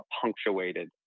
punctuated